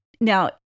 Now